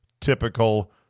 typical